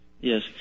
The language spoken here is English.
Yes